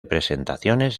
presentaciones